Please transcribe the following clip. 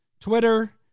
Twitter